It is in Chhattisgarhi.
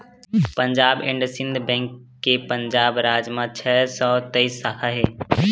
पंजाब एंड सिंध बेंक के पंजाब राज म छै सौ तेइस साखा हे